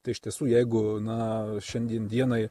tai iš tiesų jeigu na šiandien dienai